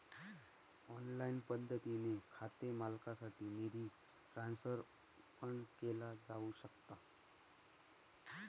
online पद्धतीने खाते मालकासाठी निधी ट्रान्सफर पण केलो जाऊ शकता